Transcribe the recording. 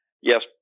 yes